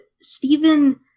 Stephen